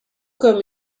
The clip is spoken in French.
comme